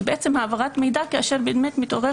שזה בעצם עברת מידע כאשר באמת מתעורר